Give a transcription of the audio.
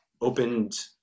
opened